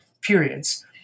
periods